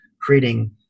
creating